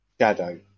shadow